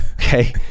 Okay